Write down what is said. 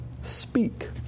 speak